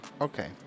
Okay